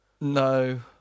No